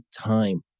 time